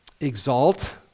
exalt